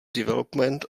development